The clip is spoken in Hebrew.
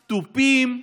תופים,